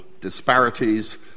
disparities